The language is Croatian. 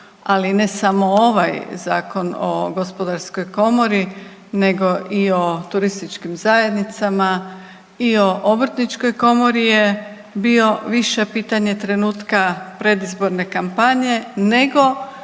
ali ne samo ovaj Zakon o HGK-u nego i o turističkim zajednicama i o Obrtničkoj komori je bio više pitanja trenutka predizborne kampanje nego